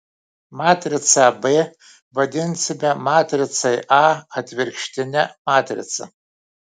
matricą b vadinsime matricai a atvirkštine matrica